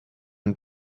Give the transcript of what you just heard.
une